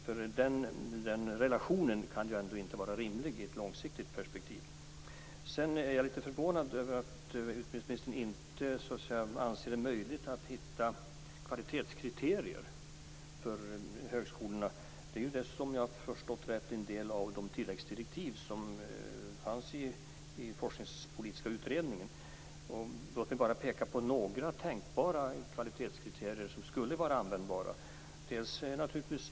Den relationen kan ju ändå inte var rimlig i ett långsiktigt perspektiv. Sedan är jag lite förvånad över att utbildningsministern inte anser det möjligt att hitta kvalitetskriterier för högskolorna. Det är ju dessutom, om jag har förstått det rätt, en del av de tilläggsdirektiv som fanns i den forskningspolitiska utredningen. Låt mig bara peka på några tänkbara kvalitetskriterier som skulle vara användbara.